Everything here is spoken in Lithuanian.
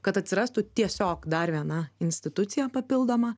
kad atsirastų tiesiog dar viena institucija papildoma